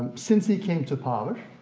since he came to power,